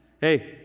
Hey